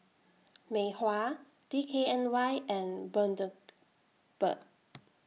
Mei Hua D K N Y and Bundaberg